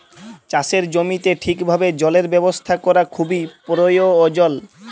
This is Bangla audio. চাষের জমিতে ঠিকভাবে জলের ব্যবস্থা ক্যরা খুবই পরয়োজল